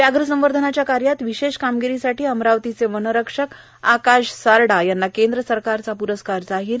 व्याघ्र संवर्धंनाच्या कार्यात विशेष कामगिरीसाठी अमरावतीचे वनरक्षक आकाश सारडा यांना केंद्र सरकारचा प्रस्कार जाहीर